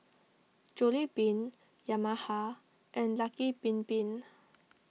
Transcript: Jollibean Yamaha and Lucky Bin Bin